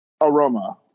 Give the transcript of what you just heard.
aroma